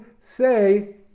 say